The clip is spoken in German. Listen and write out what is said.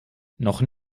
noch